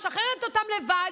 משחררת אותם לבד,